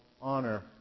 honor